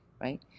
right